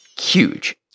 huge